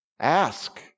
Ask